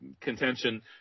contention